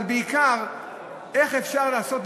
אבל בעיקר איך אפשר לעשות,